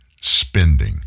spending